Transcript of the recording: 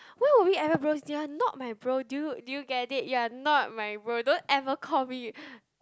when were we ever bros you are not my bro do you do you get it you are not my bro don't ever call me